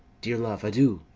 dear love, adieu!